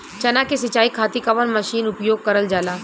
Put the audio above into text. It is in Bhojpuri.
चना के सिंचाई खाती कवन मसीन उपयोग करल जाला?